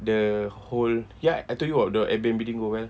the whole ya I told you about the airbnb didn't go well